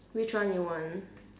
which one you want